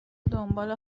دنبال